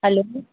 hello